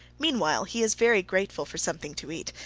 meanwhile he is very grateful for something to eat,